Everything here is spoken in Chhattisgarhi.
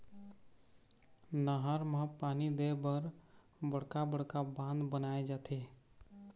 नहर म पानी दे बर बड़का बड़का बांध बनाए जाथे